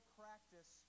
practice